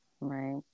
Right